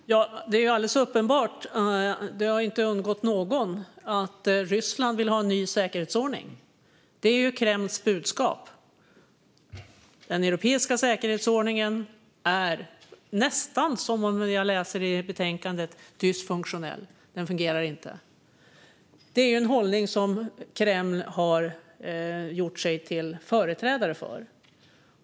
Fru talman! Det är alldeles uppenbart - det har inte undgått någon - att Ryssland vill ha en ny säkerhetsordning. Det är Kremls budskap. Den europeiska säkerhetsordningen är nästan - om jag läser i betänkandet - dysfunktionell. Den fungerar inte. Detta är en hållning som Kreml företräder.